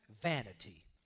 vanity